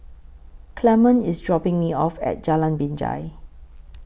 Clemon IS dropping Me off At Jalan Binjai